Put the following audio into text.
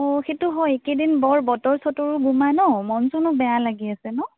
অ সেইটো হয় এইকেইদিন বৰ বতৰ চতৰো গোমা ন' মন চনো বেয়া লাগি আছে ন'